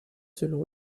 selon